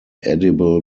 edible